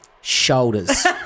shoulders